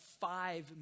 five